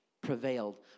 Prevailed